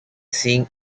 zinc